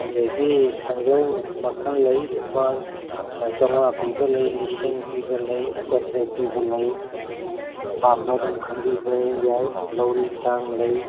ꯑꯗꯒꯤ ꯊꯥꯡꯖꯧ ꯃꯈꯜ ꯂꯩ ꯂꯨꯄꯥ ꯆꯧꯉꯥ ꯄꯤꯕ ꯂꯩ ꯂꯤꯁꯤꯡ ꯄꯤꯕ ꯂꯩ ꯆꯥꯇꯔꯦꯠ ꯄꯤꯕ ꯂꯩ ꯑꯄꯥꯝꯕ ꯑꯗꯨꯝ ꯈꯟꯕꯤꯕ ꯌꯥꯏ ꯂꯧꯔꯤ ꯊꯥꯡ ꯂꯩ